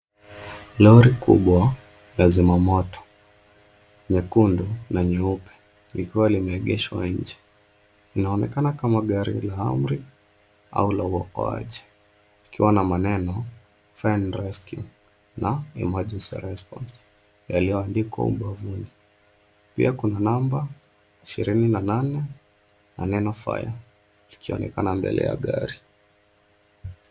Lory kubwa la zimamoto, nyekundu na nyeupe, likiwa limeegeshwa nje. Unaonekana kama gari la amri, au la uokoaji. Ukiwa na maneno Fire and Rescue na Emergency Response , yaliyoandikwa ubavuni. Pia kuna namba, ishirini na nane, na neno fire , likionekana mbele ya gari.